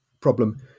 problem